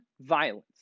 Violence